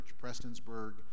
Prestonsburg